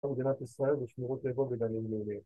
‫למדינת ישראל ולשמורות טבע ‫בגנים הלאומיים.